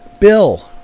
Bill